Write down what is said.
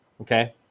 okay